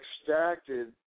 extracted